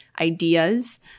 ideas